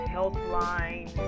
Healthline